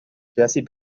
jessie